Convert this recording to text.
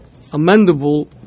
amendable